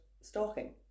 stalking